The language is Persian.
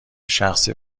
شخصی